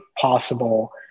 possible